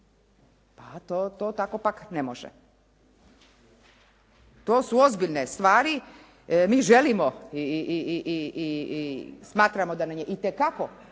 Pa to tako pak ne može. To su ozbiljne stvari. Mi želimo i smatramo da nam je itekako